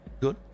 good